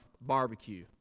barbecue